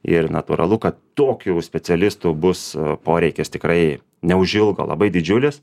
ir natūralu kad tokių jau specialistų bus poreikis tikrai neužilgo labai didžiulis